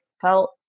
felt